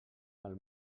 pel